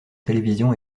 télévision